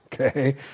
Okay